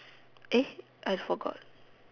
I forgot